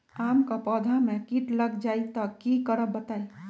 आम क पौधा म कीट लग जई त की करब बताई?